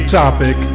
topic